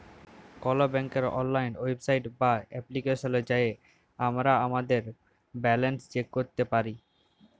call ব্যাংকের অললাইল website বা এপ্লিকেশলে যাঁয়ে আমরা আমাদের ব্যাল্যাল্স চ্যাক ক্যইরতে পারি